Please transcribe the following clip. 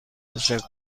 تشکر